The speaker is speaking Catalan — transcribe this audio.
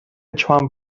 joan